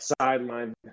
Sideline